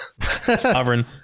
sovereign